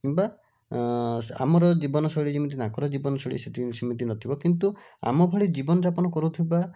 କିମ୍ବା ଆମର ଜୀବନଶୈଳୀ ଯେମିତି ତାଙ୍କର ତାଙ୍କର ଜୀବନଶୈଳୀ ସେମିତି ନଥିବ କିନ୍ତୁ ଆମ ଭଳି ଜୀବନଯାପନ କରୁଥିବା